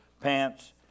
pants